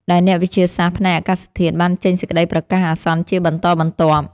ដែលអ្នកវិទ្យាសាស្ត្រផ្នែកអាកាសធាតុបានចេញសេចក្តីប្រកាសអាសន្នជាបន្តបន្ទាប់។